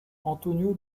antonio